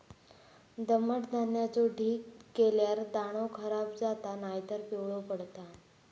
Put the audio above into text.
दमट धान्याचो ढीग केल्यार दाणो खराब जाता नायतर पिवळो पडता